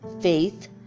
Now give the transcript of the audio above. faith